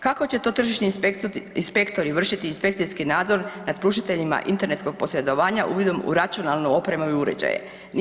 Kako će to tržišni inspektori vršiti inspekcijski nadzor nad pružiteljima internetskog posredovanja uvidom u računalnu opremu i uređaje?